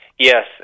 Yes